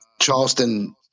Charleston